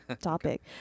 topic